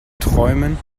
träumen